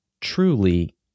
truly